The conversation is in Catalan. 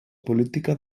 política